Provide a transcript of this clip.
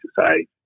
society